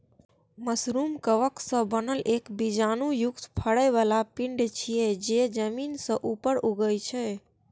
mushroom कवक सं बनल एक बीजाणु युक्त फरै बला पिंड छियै, जे जमीन सं ऊपर उगै छै